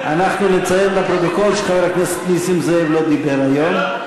אנחנו נציין לפרוטוקול שחבר הכנסת נסים זאב לא דיבר היום.